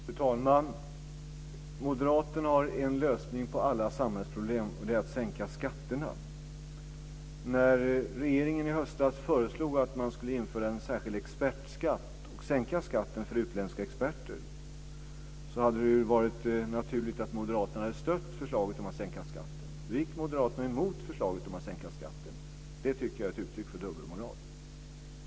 Fru talman! Moderaterna har en lösning på alla samhällsproblem, och det är att sänka skatterna. När regeringen i höstas föreslog att man skulle införa en särskild expertskatt och sänka skatten för utländska experter hade det ju varit naturligt att moderaterna stött förslaget om att sänka skatten. Nu gick moderaterna emot förslaget om att sänka skatten. Det tycker jag är ett uttryck för dubbelmoral.